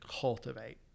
cultivate